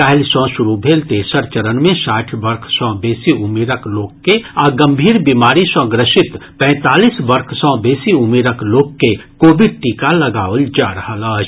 काल्हि सँ शुरू भेल तेसर चरण मे साठि वर्ष सँ बेसी उमिरक लोक के आ गम्भीर बीमारी सँ ग्रसित पैंतालीस वर्ष सँ बेसी उमिरक लोक के कोविड टीका लगाओल जा रहल अछि